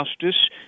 Justice